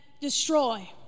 destroy